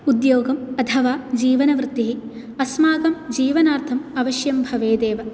उद्योगम् अथवा जीवनवृत्तिः अस्माकं जीवनार्थम् अवश्यं भवेदेव